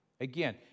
again